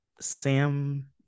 sam